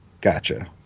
Gotcha